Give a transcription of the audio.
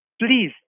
Please